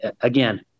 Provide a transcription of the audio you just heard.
again